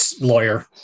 Lawyer